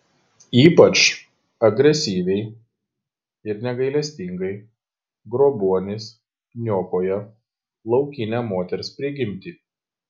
ypač agresyviai ir negailestingai grobuonis niokoja laukinę moters prigimtį